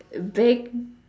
big